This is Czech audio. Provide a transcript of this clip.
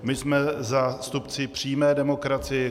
My jsme zástupci přímé demokracie.